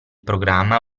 programma